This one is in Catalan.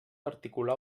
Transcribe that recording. articular